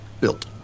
built